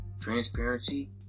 transparency